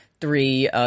three